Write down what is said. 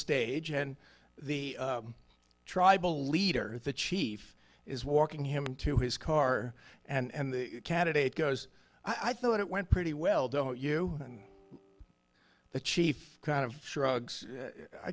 stage and the tribal leader the chief is walking him into his car and the candidate goes i thought it went pretty well don't you and the chief kind of shrugs i